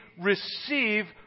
receive